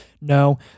No